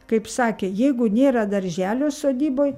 kaip sakė jeigu nėra darželio sodyboj